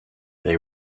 they